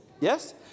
Yes